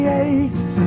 aches